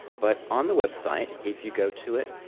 but on the website, if you go to it,